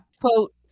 quote